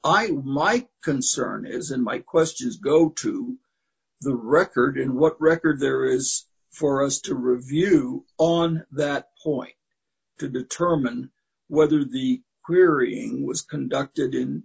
i my concern is and my questions go to the record and what record there is for us to review on that point to determine whether the querying was conducted in